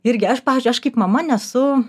irgi aš pavyzdžiui aš kaip mama nesu